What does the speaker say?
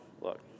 look